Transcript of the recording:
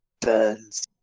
burns